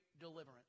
deliverance